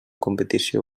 competició